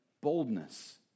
boldness